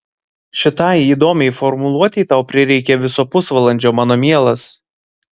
šitai įdomiai formuluotei tau prireikė viso pusvalandžio mano mielas